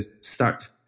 start –